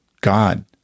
God